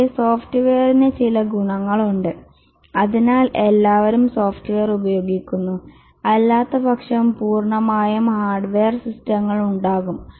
പക്ഷേ സോഫ്റ്റ്വെയറിന് ചില ഗുണങ്ങളുണ്ട് അതിനാൽ എല്ലാവരും സോഫ്റ്റ്വെയർ ഉപയോഗിക്കുന്നു അല്ലാത്തപക്ഷം പൂർണ്ണമായും ഹാർഡ്വെയർ സിസ്റ്റങ്ങൾ ഉണ്ടാകും